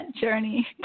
journey